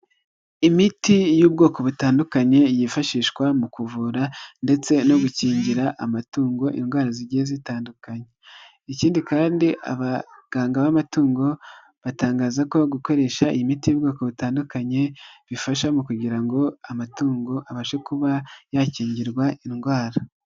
Imiti y'ubwoko butandukanye yifashishwa mu kuvura ndetse no gukingira amatungo indwara zigiye zitandukanye, ikindi kandi abaganga b'amatungo batangaza ko gukoresha miti y'ubwoko butandukanye bifasha kugira ngo amatungo abashe kuba yakingirwa indwara.